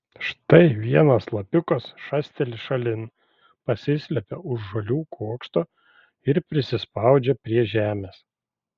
štai vienas lapiukas šasteli šalin pasislepia už žolių kuokšto ir prisispaudžia prie žemės